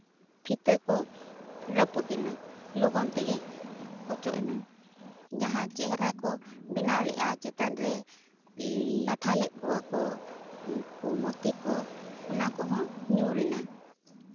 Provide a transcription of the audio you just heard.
ᱯᱷᱤᱛᱟᱹ ᱠᱚ ᱨᱟᱹᱯᱩᱫ ᱮᱱᱟ ᱞᱚᱜᱚᱱ ᱛᱮᱜᱮ ᱚᱪᱚᱜ ᱮᱱᱟ ᱡᱟᱦᱟᱸ ᱪᱮᱦᱨᱟ ᱠᱚ ᱵᱮᱱᱟᱣ ᱞᱮᱫᱼᱟ ᱪᱮᱛᱟᱱ ᱨᱮ ᱞᱟᱴᱷᱟ ᱞᱮᱫ ᱠᱚᱣᱟ ᱠᱚ ᱩᱱᱠᱩ ᱢᱚᱛᱤ ᱠᱚ ᱚᱱᱟ ᱠᱚᱦᱚᱸ ᱧᱩᱨ ᱮᱱᱟ